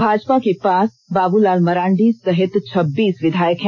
भाजपा के पास बाबूलाल मरांडी सहित छब्बीस विधायक हैं